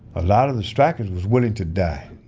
a lot of the strikers was willing to die.